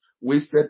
wasted